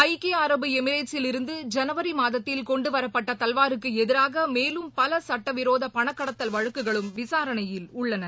ஐக்கிய அரபு எமிரேட்சில் இருந்து ஜனவரிமாதத்தில் கொண்டுவரப்பட்டதல்வாருக்குஎதிராகமேலும் பலசட்டவிரோதபணக் கடத்தல் வழக்குகளும் விசாரணையில் உள்ளன